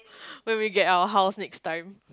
when we get our house next time